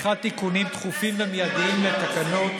לאפשר עריכת תיקונים דחופים ומיידיים לתקנות,